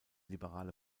liberale